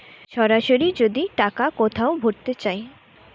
সরাসরি যদি টাকা কোথাও ভোরতে চায়